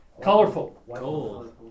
Colorful